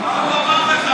כמובן,